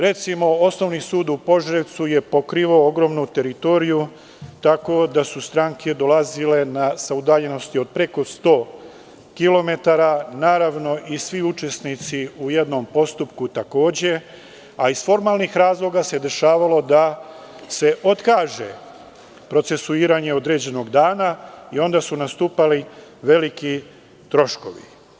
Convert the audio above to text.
Recimo, Osnovni sud u Požarevcu je pokrivao ogromnu teritoriju, tako da su stranke dolazile sa udaljenosti od preko 100 kilometara, naravno i svi učesnici u jednom postupku takođe, a iz formalnih razloga se dešavalo da se otkaže procesuiranje određenog dana i onda su nastupali veliki troškovi.